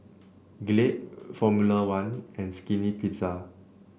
Glade Formula One and Skinny Pizza